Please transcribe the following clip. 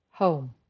Home